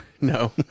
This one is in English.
No